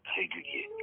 régulier